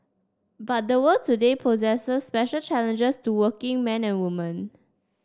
but the world today poses special challenges to working men and women